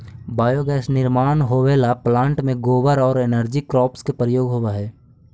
biogas निर्माण होवेला plant में गोबर औउर एनर्जी क्रॉप्स के प्रयोग होवऽ हई